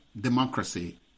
democracy